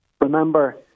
Remember